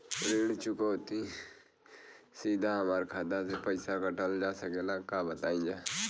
ऋण चुकौती सीधा हमार खाता से पैसा कटल जा सकेला का बताई जा?